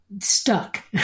stuck